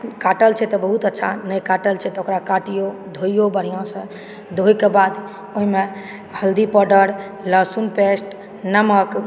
काटल छै बहुत अच्छा नहि काटल छै तऽ ओकरा काटिऔ धोइऔ बढ़िऑं से धोएके बाद ओहिमे हल्दी पावडर लहसुन पेस्ट नमक